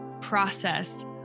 process